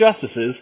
justices